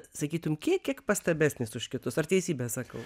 sakytum kiek kiek pastabesnis už kitus ar teisybę sakau